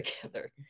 together